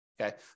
Okay